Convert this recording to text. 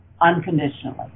unconditionally